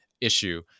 issue